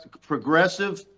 progressive